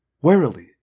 warily